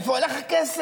איפה הולך הכסף?